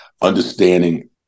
understanding